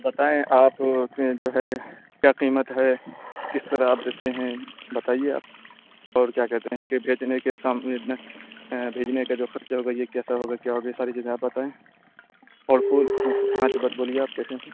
بتائیں آپ کہ جو ہے کیا قیمت ہے کس طرح آپ دیتے ہیں بتائیے آپ اور کیا کہتے ہیں کہ بھیجنے کے بھیجنے کا جو خرچ ہوگا یہ کیسا ہوگا کیا ہوگا یہ ساری چیزیں آپ بتائیں اور پھول ہاں بولیے آپ کیسے ہیں